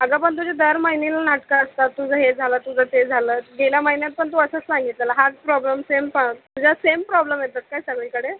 अगं पण तुझी दर महिनीला नाटकं असतात तुझं हे झालं तुझं ते झालं गेल्या महिन्यात पण तू असंच सांगितलेलं हाच प्रॉब्लेम सेम तुझा सेम प्रॉब्लेम येतात काय सगळीकडे